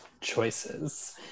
choices